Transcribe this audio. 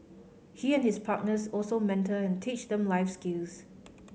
he and his partners also mentor and teach them life skills